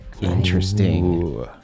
Interesting